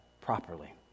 properly